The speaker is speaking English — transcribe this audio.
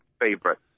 favorite